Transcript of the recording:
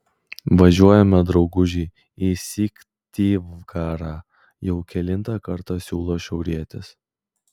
važiuojame drauguži į syktyvkarą jau kelintą kartą siūlo šiaurietis